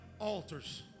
altars